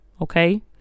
okay